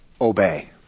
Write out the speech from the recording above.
obey